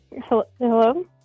Hello